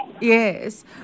Yes